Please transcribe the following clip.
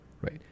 right